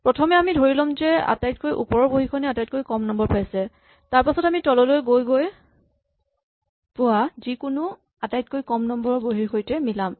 প্ৰথমে আমি ধৰি ল'ম আটাইতকৈ ওপৰৰ বহীখনেই আটাইতকৈ কম পাইছে তাৰপাছত আমি তললৈ গৈ গৈ পোৱা যিকোনো তাতকৈ কম নম্বৰ ৰ বহীৰ সৈতে সলাম